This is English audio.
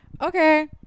Okay